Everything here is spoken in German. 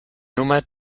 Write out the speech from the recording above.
nummer